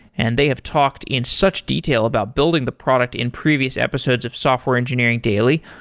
and they have talked in such detail about building the product in previous episodes of software engineering daily.